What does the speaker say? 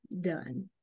done